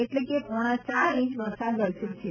એટલે કે પોણા ચાર ઈંચ વરસાદ વરસ્યો છે